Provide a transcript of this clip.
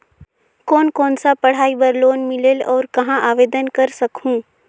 कोन कोन सा पढ़ाई बर लोन मिलेल और कहाँ आवेदन कर सकहुं?